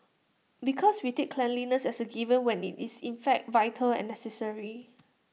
because we take cleanliness as A given when IT is in fact vital and necessary